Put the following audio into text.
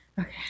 Okay